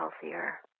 healthier